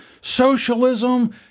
socialism